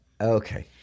Okay